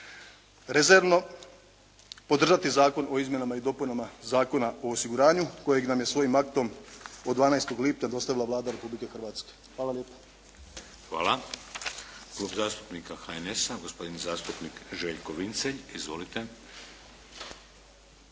rezervno podržati zakona o izmjenama i dopunama Zakona o osiguranju kojeg nam je svojim aktom od 12. lipnja dostavila Vlada Republike Hrvatske. Hvala lijepa. **Šeks, Vladimir (HDZ)** Hvala. Klub zastupnika HNS-a, gospodin zastupnik Željko Vincelj. Izvolite.